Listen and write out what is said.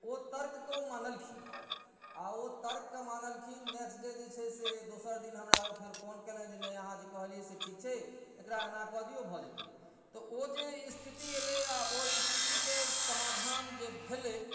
ओ तर्कके ओ मानलखिन आ ओ तर्कके मानलखिन नेक्स्ट डे जे छै से दोसर दिन हमरा ओ फेर जे फोन केलनि जे अहाँ जे कहलियै ओ ठीक छै एकरा एना कऽ दिऔ भऽ जेतै तऽ ओ जे स्थिति अयलै हँ आओर ओहि स्थितिके समाधान जे भेलै